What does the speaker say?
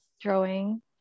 drawing